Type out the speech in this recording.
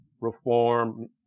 reform